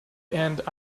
and